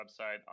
website